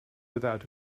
without